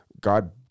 God